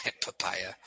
papaya